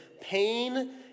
pain